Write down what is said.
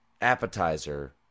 appetizer